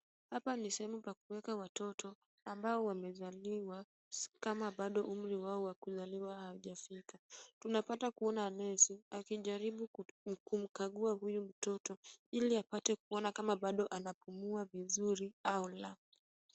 Hapa ni sehemu pa kueka watoto ambao wamezaliwa kama bado umri wao wa kuzaliwa haujafika. Tunapata kuona nesi akijaribu kumkagua huyu mtoto ili apate kuona kama bado anapumua vizuri au la.